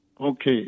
Okay